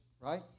right